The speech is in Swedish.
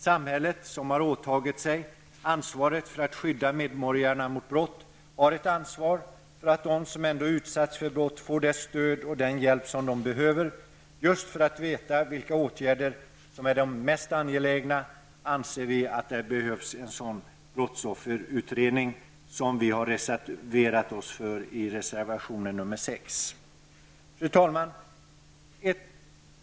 Samhället, som har åtagit sig ansvaret för att skydda medborgarna mot brott, har ett ansvar för att de som ändå utsätts för brott får det stöd och den hjälp som de behöver. Just för att veta vilka åtgärder som är mest angelägna anser vi att det behövs en sådan brottsofferutredning som vi har reserverat oss för i reservation 6. Fru talman!